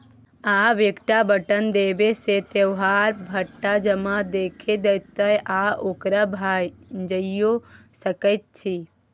आब एकटा बटम देबेले सँ तोहर सभटा जमा देखा देतौ आ ओकरा भंजाइयो सकैत छी